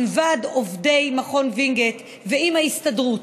עם ועד עובדי מכון וינגייט ועם ההסתדרות,